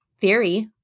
theory